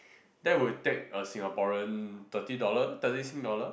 that would take a Singaporean thirty dollar thirty Sing dollar